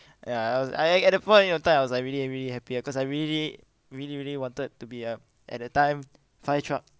ya I was I at that point of time I was like really really happy ah because I really really really wanted to be a at that time fire truck